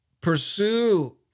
pursue